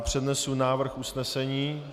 Přednesu návrh usnesení: